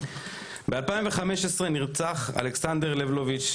ב- 2015 נרצח אלכסנדר לבלוביץ',